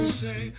say